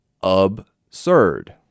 absurd